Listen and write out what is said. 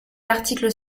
l’article